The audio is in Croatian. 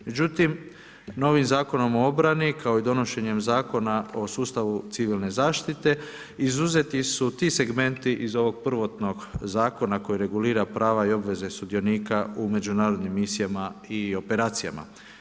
Međutim, novim Zakonom o obrani kao i donošenjem Zakona o sustavu civilne zaštite izuzeti su ti segmenti iz ovog prvotnog zakona koji regulira prava i obveze sudionika u međunarodnim misijama i operacijama.